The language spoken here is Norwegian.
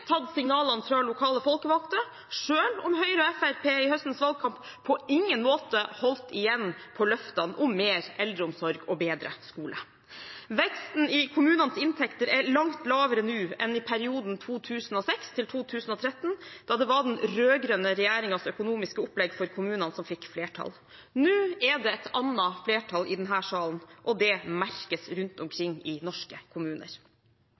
tatt signalene fra lokale folkevalgte, selv om Høyre og Fremskrittspartiet i høstens valgkamp på ingen måte holdt igjen på løftene om mer eldreomsorg og bedre skole. Veksten i kommunenes inntekter er langt lavere nå enn i perioden 2006–2013, da det var den rød-grønne regjeringens økonomiske opplegg for kommunene som fikk flertall. Nå er det et annet flertall i denne salen, og det merkes rundt omkring i norske kommuner.